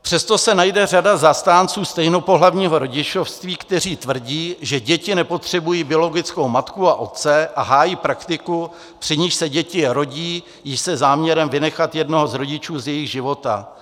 Přesto se najde řada zastánců stejnopohlavního rodičovství, kteří tvrdí, že děti nepotřebují biologickou matku a otce, a hájí praktiku, při níž se děti rodí již se záměrem vynechat jednoho z rodičů z jejich života.